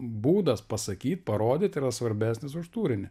būdas pasakyt parodyt yra svarbesnis už turinį